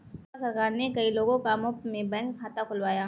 भाजपा सरकार ने कई लोगों का मुफ्त में बैंक खाता खुलवाया